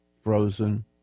frozen